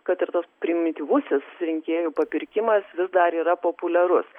kad ir tas primityvusis rinkėjų papirkimas vis dar yra populiarus